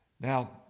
Now